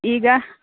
ಈಗ